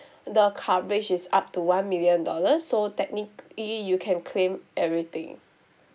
the coverage is up to one million dollars so technically you can claim everything